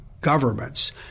governments—